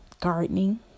gardening